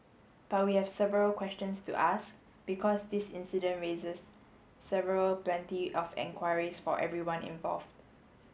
but we have several questions to ask because this incident raises several plenty of enquiries for everyone involved